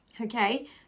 Okay